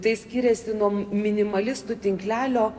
tai skiriasi nuo minimalistų tinklelio